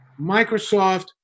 Microsoft